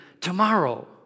tomorrow